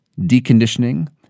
deconditioning